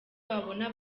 wabona